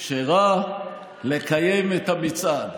אפשרה לקיים את המצעד.